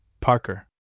Parker